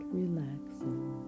relaxing